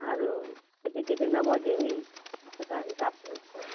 ଆରୁ କେତେ କେତେ ନେବ ଯେ ସେଟା ହିସାବ ଉଁ କର୍ମା